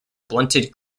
blunted